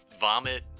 vomit